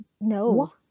No